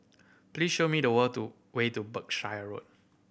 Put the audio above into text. please show me the way to Berkshire Road